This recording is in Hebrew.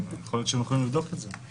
יכול להיות שאפשר לבדוק את זה.